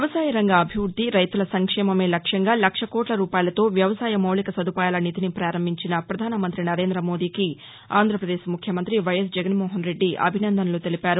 వ్యవసాయ రంగ అభివృద్ది రైతుల సంక్షేమమే లక్ష్యంగా లక్ష కోట్ల రూపాయలతో వ్యవసాయ మౌలిక సదుపాయాల నిధిని ప్రారంభించిన ప్రధానమంతి నరేంద మోదీకి ఆంధ్రపదేశ్ ముఖ్యమంతి వైఎస్ జగన్మోహన్రెడ్డి అభిసందనలు తెలిపారు